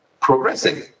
progressing